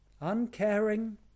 uncaring